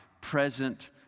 present